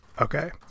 okay